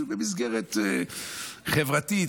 במסגרת חברתית,